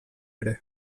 ere